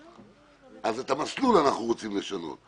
אז את המסלול אנחנו רוצים לשנות.